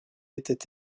étaient